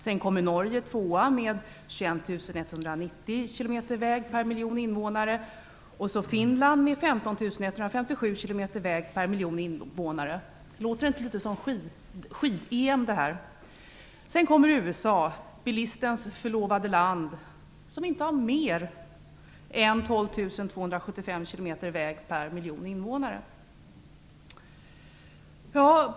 Norge kommer på andra plats med 21 190 km väg per miljon invånare. Finland har 15 157 km väg per miljon invånare. Låter det inte litet grand som skid-EM? Sedan kommer USA, bilistens förlovade land, som inte har mer än 12 275 km väg per miljon invånare.